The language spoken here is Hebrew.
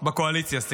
בקואליציה, סליחה,